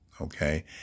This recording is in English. Okay